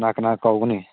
ꯀꯅꯥ ꯀꯅꯥ ꯀꯧꯒꯅꯤ